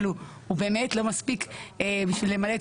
אבל הוא באמת לא מספיק בשביל למלא את